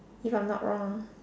if I'm not wrong